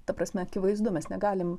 ta prasme akivaizdu mes negalim